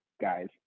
guys